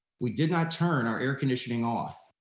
we did not turn our air conditioning off,